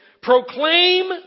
proclaim